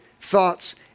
thoughts